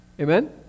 Amen